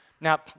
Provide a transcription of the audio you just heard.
Now